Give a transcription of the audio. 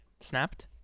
Snapped